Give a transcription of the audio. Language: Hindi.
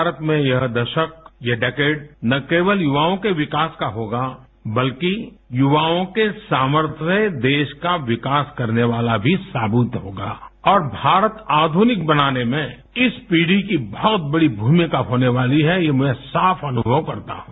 भारत में यह दशक ये डिकेड न केवल युवाओं के विकास का होगा बल्कि युवाओं के सामर्थ्य से देश का विकास करने वाला भी साबित होगा और भारत आध्रनिक बनाने में इस पीढ़ी की बहत बड़ी भूमिका होने वाली है ये मैं साफ अनुभव करता हूँ